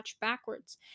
backwards